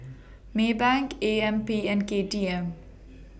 Maybank A M P and K T M